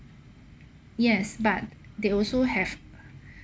yes but they also have